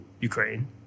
Ukraine